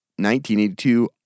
1982